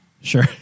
Sure